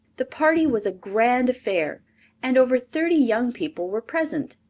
the party was a grand affair and over thirty young people were present,